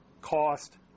cost